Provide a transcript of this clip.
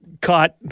caught